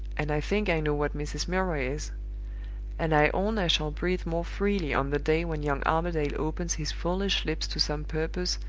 and i think i know what mrs. milroy is and i own i shall breathe more freely on the day when young armadale opens his foolish lips to some purpose,